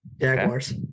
Jaguars